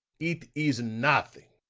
it is nothing.